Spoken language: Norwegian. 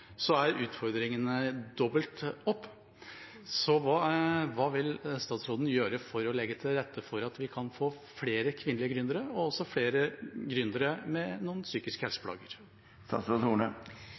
er det dobbelt opp med utfordringer. Hva vil statsråden gjøre for å legge til rette for at vi kan få flere kvinnelige gründere og også flere gründere med noen